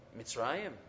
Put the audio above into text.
Mitzrayim